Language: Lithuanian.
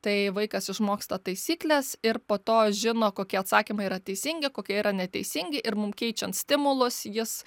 tai vaikas išmoksta taisykles ir po to žino kokie atsakymai yra teisingi kokie yra neteisingi ir mum keičiant stimulus jis